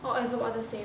oh is about the same